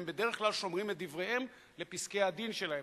בדרך כלל הם שומרים את דבריהם לפסקי-הדין שלהם,